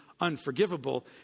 unforgivable